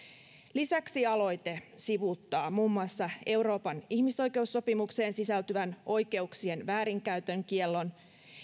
lisäksi aloite sivuuttaa muun muassa euroopan ihmisoikeussopimukseen sisältyvän oikeuksien väärinkäytön kiellon